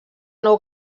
nou